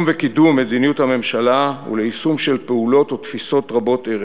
וקידום מדיניות הממשלה וליישום של פעולות ותפיסות רבות ערך.